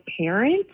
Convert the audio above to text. parents